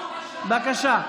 בבקשה.